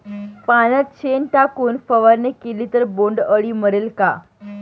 पाण्यात शेण टाकून फवारणी केली तर बोंडअळी मरेल का?